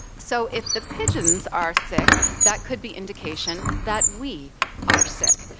so if the pigeons are sick, that could be indication that we are sick.